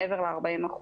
מעבר ל-40%,